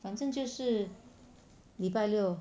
反正就是礼拜六